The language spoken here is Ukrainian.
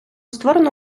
створено